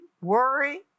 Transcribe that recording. worry